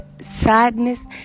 sadness